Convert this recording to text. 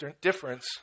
difference